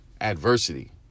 adversity